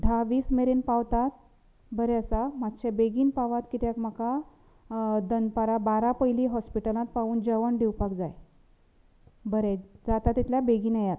धा वीस मेरेन पावतात बरें आसा मातशें बेगीन पावात कित्याक म्हाका दनपारां बारा पयली हॉस्पिटलांत पावून जेवण दिवपाक जाय बरें जाता तितल्या बेगीन येयात